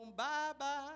bye-bye